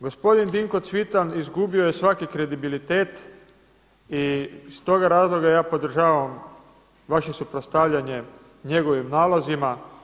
Gospodin Dinko Cvitan izgubio je svaki kredibilitet i iz toga razloga ja podržavam vaše suprotstavljanje njegovim nalazima.